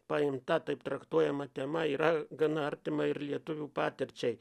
paimta taip traktuojama tema yra gana artima ir lietuvių patirčiai